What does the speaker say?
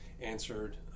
answered